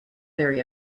very